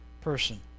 person